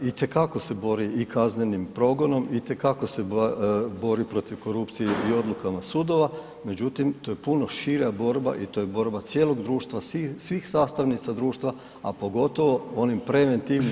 Itekako se bori i kaznenim progonom, itekako se bori protiv korupcije i odlukama sudova, međutim, to je puno šira borba i to je borba cijelog društva, svih sastavnica društva, a pogotovo onim preventivnim